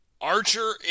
Archer